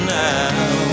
now